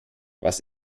was